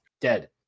dead